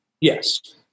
Yes